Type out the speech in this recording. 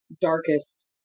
darkest